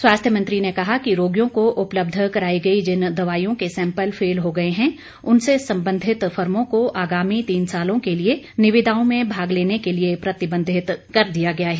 स्वास्थ्य मंत्री ने कहा कि रोगियों को उपलब्ध कराई गई जिन दवाईयों के सैंपल फेल हो गए हैं उनसे संबंधित फर्मों को आगामी तीन सालों के लिए निविदाओं में भाग लेने के लिए प्रतिबंधित कर दिया गया है